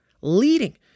leading